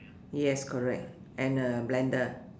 yes correct and a blender